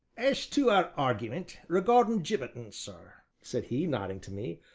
as to our argyment regardin' gibbetin', sir, said he, nodding to me,